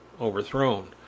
overthrown